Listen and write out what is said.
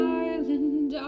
island